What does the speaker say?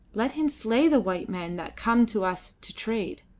let him slay the white men that come to us to trade,